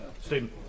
Stephen